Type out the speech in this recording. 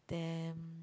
then